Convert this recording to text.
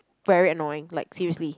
very annoying like seriously